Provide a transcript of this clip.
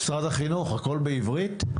משרד החינוך, הכול בעברית?